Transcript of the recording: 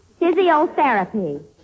Physiotherapy